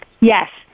Yes